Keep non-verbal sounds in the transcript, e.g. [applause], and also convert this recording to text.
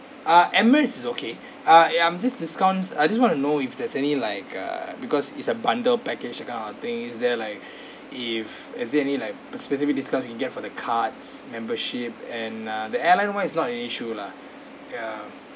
ah emirates is okay ah and this discounts I just want to know if there's any like uh because is a bundle package that kind of things is there like [breath] if is there any like specific discount we can get for the cards membership and uh the airline [one] is not an issue lah ya